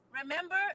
remember